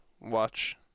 Watch